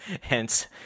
Hence